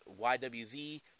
YWZ